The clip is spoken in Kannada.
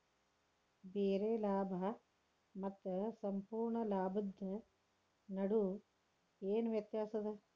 ಬರೆ ಲಾಭಾ ಮತ್ತ ಸಂಪೂರ್ಣ ಲಾಭದ್ ನಡು ಏನ್ ವ್ಯತ್ಯಾಸದ?